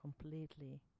completely